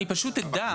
אני פשוט אדע.